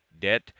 debt